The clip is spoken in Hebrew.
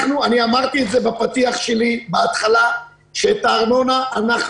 אמרתי בפתיח שלי בהתחלה שאת הארנונה אנחנו